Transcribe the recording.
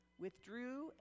withdrew